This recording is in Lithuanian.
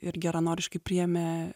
ir geranoriškai priėmė